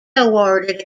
awarded